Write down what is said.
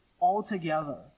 altogether